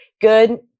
good